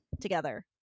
together